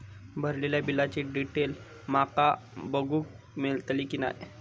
भरलेल्या बिलाची डिटेल माका बघूक मेलटली की नाय?